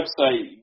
website